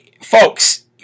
Folks